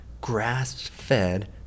grass-fed